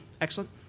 Excellent